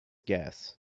gas